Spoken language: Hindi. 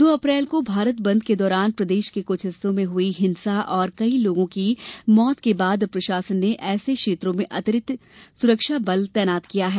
दो अप्रैल को भारत बंद के दौरान प्रदेश के कुछ हिस्सों में हई हिंसा और कई लोगों की मौत के बाद अब प्रशासन ने ऐसे क्षेत्रों में अतिरिक्त सुरक्षा बल तैनात किया है